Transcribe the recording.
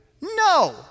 No